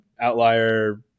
outlier